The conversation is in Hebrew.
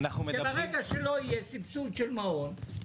וברגע שלא יהיה סבסוד של מעון,